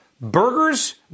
Burgers